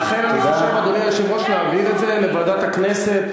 80% מהאריתריאים מוכרים כפליטים במדינות אירופה.